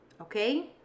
Okay